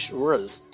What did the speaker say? words